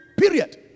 Period